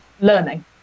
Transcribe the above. learning